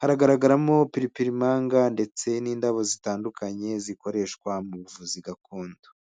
haragaragaramo piripirimanga ndetse n'indabo zitandukanye zikoreshwa mu buvuzi gakondo.